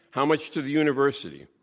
how much to the university?